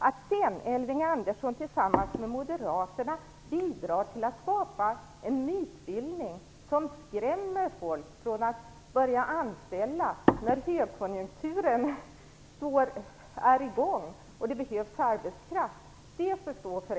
Att Elving Andersson sedan tillsammans med moderaterna bidrar till att skapa en mytbildning som skrämmer folk från att börja anställa när högkonjunkturen är i gång och det behövs arbetskraft får stå för